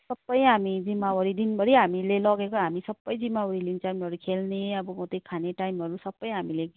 सबै हामी जिम्मावारी दिनभरि हामीले लगेको हामी सबै जिम्मावारी लिन्छ खेल्ने अब त्यो खाने टाइमहरू सबै हामीले